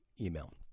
email